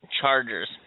Chargers